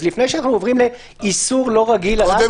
אז לפני שאנחנו עוברים לאיסור לא רגיל על אלכוהול --- קודם